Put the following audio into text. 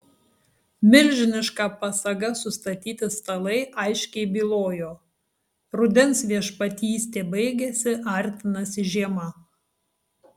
milžiniška pasaga sustatyti stalai aiškiai bylojo rudens viešpatystė baigiasi artinasi žiema